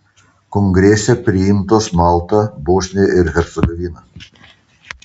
kongrese priimtos malta bosnija ir hercegovina